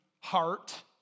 heart